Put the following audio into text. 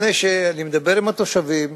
לפני שאני מדבר עם התושבים.